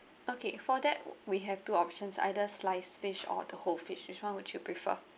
okay for that we have two options either sliced fish or the whole fish which one would you prefer